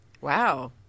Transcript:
Wow